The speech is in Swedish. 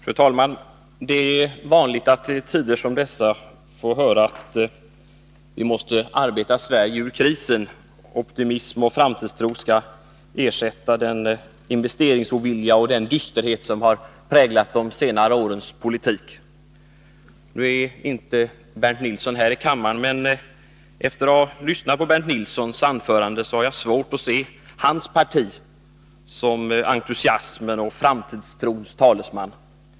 Fru talman! Det är vanligt att i tider som dessa få höra att vi måste arbeta Sverige ur krisen. Optimism och framtidstro skall ersätta den investeringsovilja och den dysterhet som har präglat de senare årens politik. Efter att ha lyssnat på Bernt Nilssons anförande har jag svårt att se hans parti som entusiasmens och framtidstrons talesman.